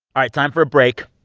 all right, time for a break.